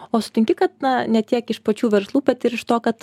o sutinki kad na ne tiek iš pačių verslų bet ir iš to kad